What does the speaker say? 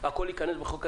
הכול ייכנס בחוק ההסדרים?